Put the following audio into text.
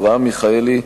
אברהם מיכאלי,